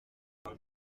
vous